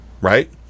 right